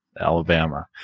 Alabama